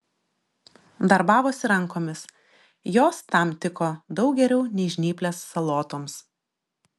darbavosi rankomis jos tam tiko daug geriau nei žnyplės salotoms